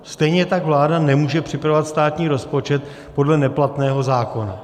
Stejně tak vláda nemůže připravovat státní rozpočet podle neplatného zákona.